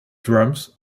drums